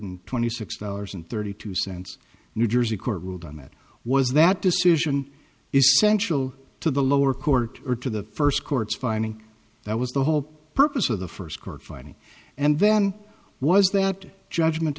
twenty six dollars and thirty two cents new jersey court ruled on that was that decision is essential to the lower court or to the first court's finding that was the whole purpose of the first court filing and then was that judgment